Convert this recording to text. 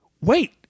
wait